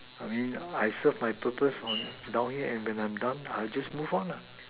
okay I served my purpose on down here and when I'm down I just moved on lah